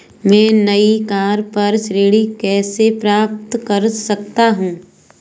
मैं नई कार पर ऋण कैसे प्राप्त कर सकता हूँ?